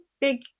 big